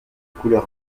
couleur